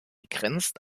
grenzt